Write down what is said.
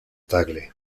tagle